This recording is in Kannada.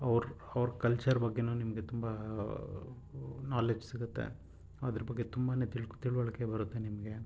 ಅವ್ರ ಅವ್ರ ಕಲ್ಚರ್ ಬಗ್ಗೆನೂ ನಿಮಗೆ ತುಂಬ ನಾಲೆಜ್ ಸಿಗುತ್ತೆ ಅದ್ರ ಬಗ್ಗೆ ತುಂಬಾ ತಿಳ್ಕೊ ತಿಳಿವಳ್ಕೆ ಬರುತ್ತೆ ನಿಮಗೆ